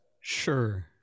Sure